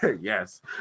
yes